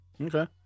Okay